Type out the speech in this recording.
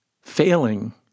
failing